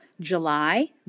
July